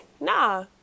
Nah